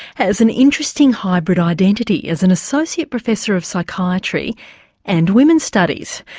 has an interesting hybrid identity as an associate professor of psychiatry and women's studies,